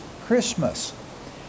Christmas